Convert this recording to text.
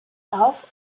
auf